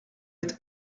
être